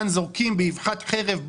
זורקים כאן את אותן נשים באבחת חרב,